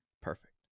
Perfect